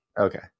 okay